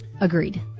agreed